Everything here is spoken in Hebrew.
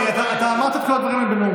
אתה אמרת את כל הדברים האלה בנאומך.